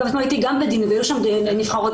הייתי גם בדיון והיו שם 'נבחרות',